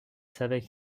savaient